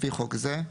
לפי חוק זה.